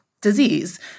disease